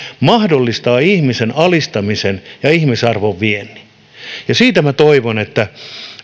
mahdollistaa ihmisen alistamisen ja ihmisarvon viemisen ja siitä toivon että